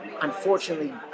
Unfortunately